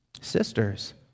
sisters